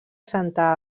santa